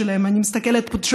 אני מסתכלת על הלו"ז שלהן,